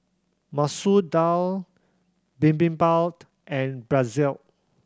Masoor Dal Bibimbap and Pretzel